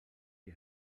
die